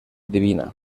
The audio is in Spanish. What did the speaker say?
divina